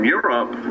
Europe